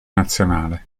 nazionale